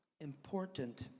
important